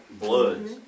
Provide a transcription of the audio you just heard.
bloods